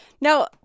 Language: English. Now